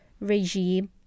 regime